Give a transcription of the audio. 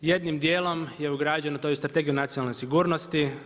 Jednom dijelom je ugrađeno to i u Strategiju nacionalne sigurnosti.